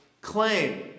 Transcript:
claim